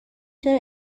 چرا